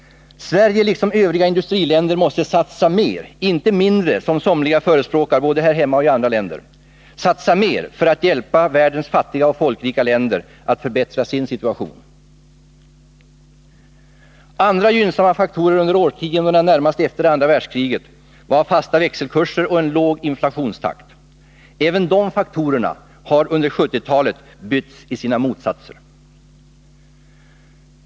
Sverige liksom övriga industriländer måste satsa mer — inte mindre, som somliga förespråkar både här hemma och i andra länder — för att hjälpa världens fattiga och folkrika länder att förbättra sin situation. Andra gynnsamma faktorer under årtiondena närmast efter andra världskriget var fasta växelkurser och en låg inflationstakt. Även de faktorerna har under 1970-talet bytts i sina motsatser.